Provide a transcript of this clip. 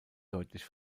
deutlich